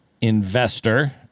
investor